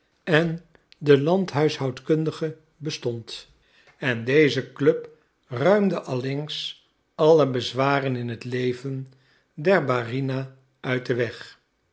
en den landhuishoudkundige bestond en deze club ruimde allengs alle bezwaren in het leven der barina uit den weg